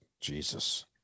Jesus